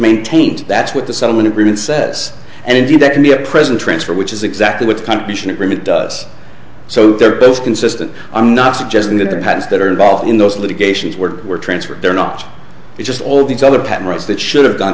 maintained that's what the settlement agreement says and indeed that can be a present transfer which is exactly what kind of mission agreement does so they're both consistent i'm not suggesting that the patents that are involved in those litigations work were transferred there not just all these other patent rights that should have gone